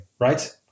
right